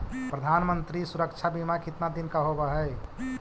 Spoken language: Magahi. प्रधानमंत्री मंत्री सुरक्षा बिमा कितना दिन का होबय है?